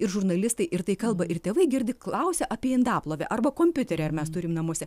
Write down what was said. ir žurnalistai ir tai kalba ir tėvai girdi klausia apie indaplovę arba kompiuterį ar mes turim namuose